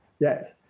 Yes